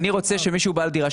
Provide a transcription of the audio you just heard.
אני רוצה שמי שהוא בעל דירה,